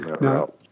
Now